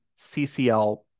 CCL